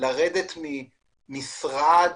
לרדת ממשרד